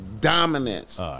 dominance